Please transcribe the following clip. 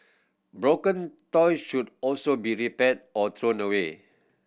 broken toys should also be repaired or thrown away